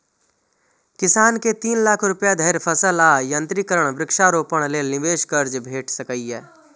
किसान कें तीन लाख रुपया धरि फसल आ यंत्रीकरण, वृक्षारोपण लेल निवेश कर्ज भेट सकैए